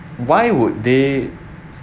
why would they